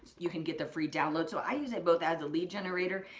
you can get the free download. so i use it both as a lead generator,